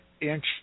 inch